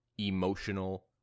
emotional